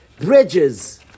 Bridges